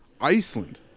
Iceland